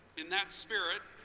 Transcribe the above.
in that spirit,